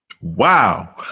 Wow